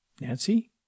Nancy